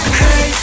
hey